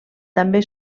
també